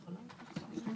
הישיבה ננעלה בשעה 13:00.